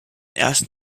erst